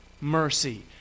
mercy